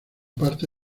parte